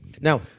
now